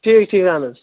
ٹھیٖک ٹھیٖک اَہن حظ